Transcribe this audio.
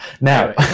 Now